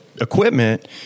equipment